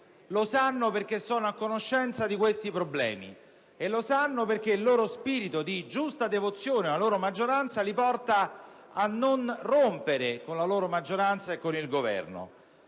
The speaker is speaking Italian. Lo sanno perché sono a conoscenza di tali problemi, anche se il loro spirito di giusta devozione alla maggioranza li porta a non rompere con la loro maggioranza e con il Governo.